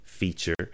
Feature